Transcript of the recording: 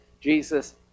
Jesus